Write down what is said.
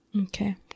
okay